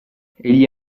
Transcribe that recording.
egli